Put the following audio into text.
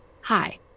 hi